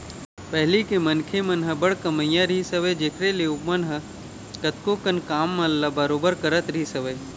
पहिली के मनखे मन ह बड़ कमइया रहिस हवय जेखर ले ओमन ह कतको कन काम मन ल बरोबर करत रहिस हवय